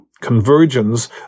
convergence